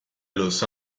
los